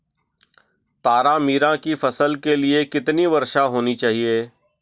तारामीरा की फसल के लिए कितनी वर्षा होनी चाहिए?